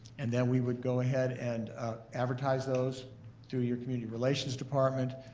and then we would go ahead and advertise those through your community relations department.